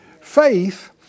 Faith